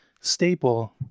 staple